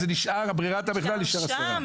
ברירת המחדל נשאר השר.